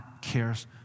cares